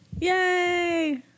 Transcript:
yay